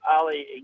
Ali